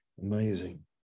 amazing